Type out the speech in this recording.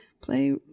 play